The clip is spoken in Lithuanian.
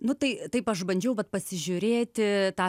nu tai taip aš bandžiau vat pasižiūrėti tą